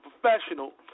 professional